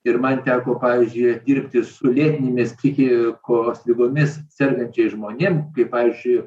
ir man teko pavyzdžiui dirbti ir su lėtinėmis psichikos ligomis sergančiais žmonėm kaip pavyzdžiui